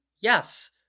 yes